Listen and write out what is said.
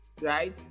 right